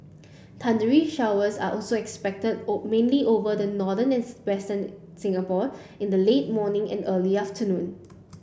thundery showers are also expected old mainly over the northern and western Singapore in the late morning and early afternoon